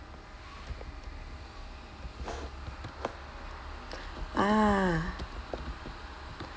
ah